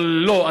אבל לא,